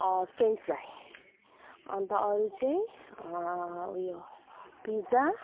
French fry अन्त अरू चाहिँ उयो पिज्जा